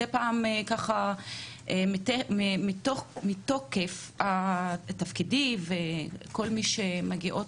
מדי פעם ככה מתוקף תפקידי וכל מי שמגיעות